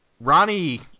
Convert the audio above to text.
Ronnie